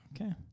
okay